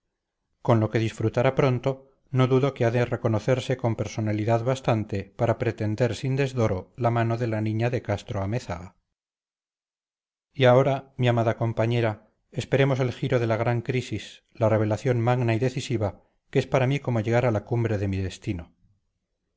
con lo que disfrutará pronto no dudo que ha de reconocerse con personalidad bastante para pretender sin desdoro la mano de la niña de castro-amézaga y ahora mi amada compañera esperemos el giro de la gran crisis la revelación magna y decisiva que es para mí como llegar a la cumbre de mi destino